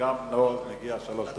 וגם לו מגיעות שלוש דקות.